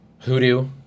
hoodoo